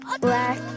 black